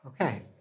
Okay